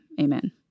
Amen